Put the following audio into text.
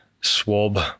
swab